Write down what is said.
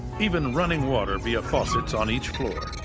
even running water via faucets on each floor.